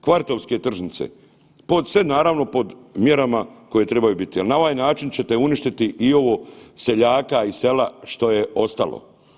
Kvartovske tržnice, pod sve, naravno pod mjerama koje trebaju biti, a na ovaj način ćete uništiti i ovo seljaka iz sela što je ostalo.